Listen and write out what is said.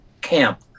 camp